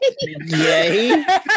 Yay